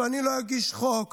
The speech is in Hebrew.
ואני לא אגיש חוק.